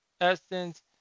Essence